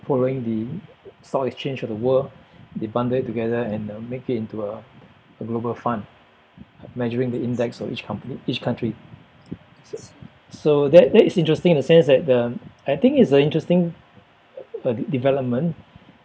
following the stock exchange of the world they bundle it together and uh make it into a global fund measuring the index of each company each country so that that is interesting in a sense that uh I think it's a interesting uh development